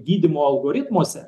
gydymo algoritmuose